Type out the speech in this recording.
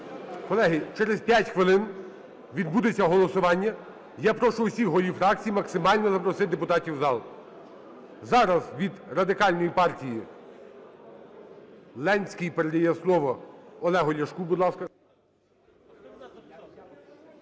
Колеги, через 5 хвилин відбудеться голосування. Я прошу всіх голів фракцій максимально запросити депутатів в зал. Зараз від Радикальної партії Ленський передає слово Олегу Ляшку. Будь ласка.